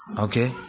Okay